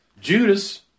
Judas